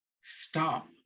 stop